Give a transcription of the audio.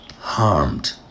harmed